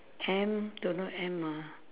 M don't know M ah